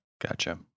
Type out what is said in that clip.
gotcha